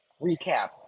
recap